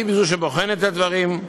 זו שבוחנת את הדברים,